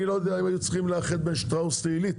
אני לא יודע אם היו צריכים לאחד בין שטראוס לעלית.